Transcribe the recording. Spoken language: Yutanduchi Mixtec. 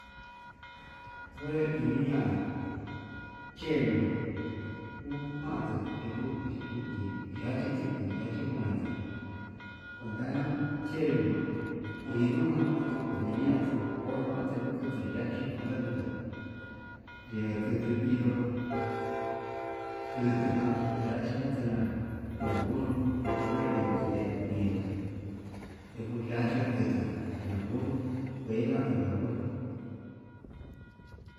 onre ini'a cheyuján kuu kuandu yenguu uu iniya'a chikutu iniga nguna'a, te kuenta cheyuján induján atukuini ján kutuku yachi ján ndakuda ye'e kutu híndo kutu ján yachiján tena'a, na'a burro onre iho tunedo no indo tuu yekuu yachi ján kutuu na burro kuenka inka burro.